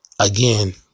Again